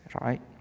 right